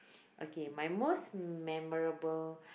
okay my most memorable